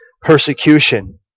persecution